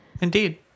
Indeed